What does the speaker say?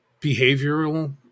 behavioral